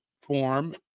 form